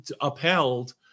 upheld